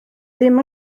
ddim